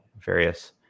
various